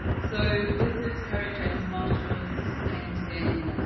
so, this is kerry james marshall's painting,